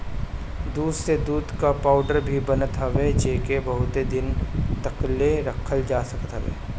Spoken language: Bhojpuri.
दूध से दूध कअ पाउडर भी बनत हवे जेके बहुते दिन तकले रखल जा सकत हवे